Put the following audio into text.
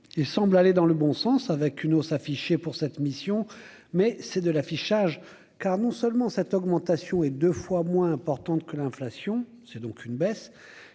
il semble aller dans le bon sens, avec une hausse affichée pour cette mission, mais c'est de l'affichage, car non seulement, cette augmentation est 2 fois moins importante que l'inflation, c'est donc une baisse,